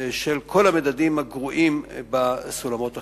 של כל המדדים הגרועים בסולמות החברתיים.